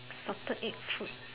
Salted Egg fruit